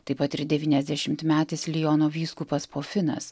taip pat ir devyniasdešimtmetis liono vyskupas po finas